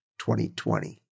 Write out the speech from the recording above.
2020